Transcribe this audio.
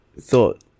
thought